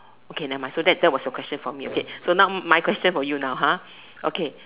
okay never mind so that that was your question for me okay so now my question for you now okay